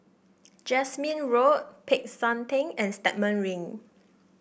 Jasmine Road Peck San Theng and Stagmont Ring